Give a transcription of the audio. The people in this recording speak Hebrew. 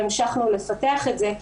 והמשכנו לפתח את זה.